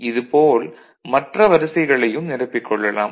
இது போல் மற்ற வரிசைகளையும் நிரப்பிக் கொள்ளலாம்